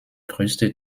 größte